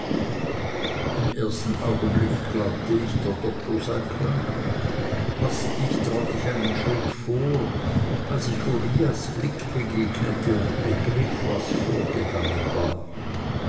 im ersten augenblick glaubte ich der doktor sei krank hastig trat ich einen schritt vor als ich uriahs blick begegnete und begriff was vorgegangen war